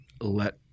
let